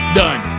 done